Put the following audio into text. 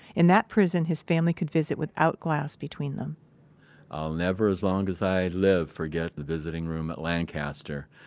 in that prison, his family could visit without glass between them i'll never, as long as i live, forget the visiting room at lancaster.